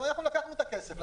לקחנו את הכסף,